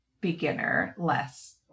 beginner-less